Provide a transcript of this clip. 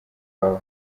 wawe